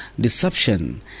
deception